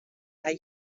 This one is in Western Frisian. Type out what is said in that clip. har